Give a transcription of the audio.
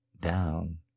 down